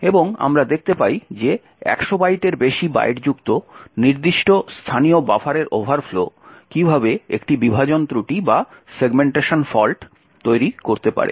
এবং আমরা দেখতে পাই যে 100 বাইটের বেশি বাইটযুক্ত নির্দিষ্ট স্থানীয় বাফারের ওভারফ্লো কীভাবে একটি বিভাজন ত্রুটি তৈরি করতে পারে